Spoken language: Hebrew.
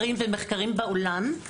גם בעולם,